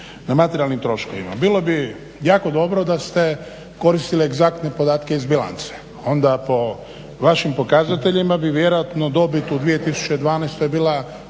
na materijalnim troškovima. Bilo bi jako dobro da ste koristili egzaktne podatke iz bilance. Onda po vašim pokazateljima bi vjerojatno dobit u 2012. bila